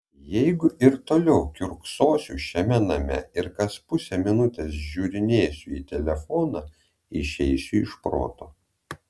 jeigu ir toliau kiurksosiu šiame name ir kas pusę minutės žiūrinėsiu į telefoną išeisiu iš proto